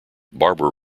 barbara